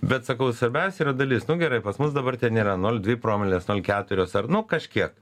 bet sakau svarbiausia yra dalis nu gerai pas mus dabar ten yra nol dvi promilės nol keturios ar nu kažkiek